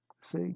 See